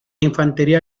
infantería